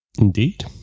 Indeed